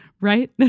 Right